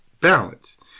balance